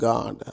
God